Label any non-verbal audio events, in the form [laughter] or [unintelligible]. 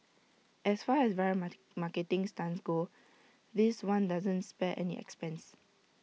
as far as viral [unintelligible] marketing stunts go this one doesn't spare any expense